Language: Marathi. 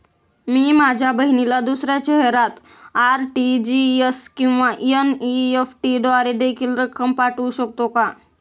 मी माझ्या बहिणीला दुसऱ्या शहरात आर.टी.जी.एस किंवा एन.इ.एफ.टी द्वारे देखील रक्कम पाठवू शकतो का?